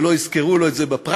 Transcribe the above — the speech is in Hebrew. ולא יזכרו לו את זה בפריימריז,